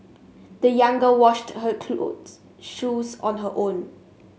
the young girl washed her shoes on her own